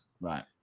Right